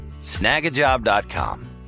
snagajob.com